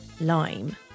lime